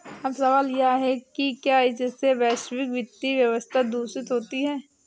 अब सवाल यह है कि क्या इससे वैश्विक वित्तीय व्यवस्था दूषित होती है